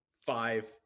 five